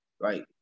Right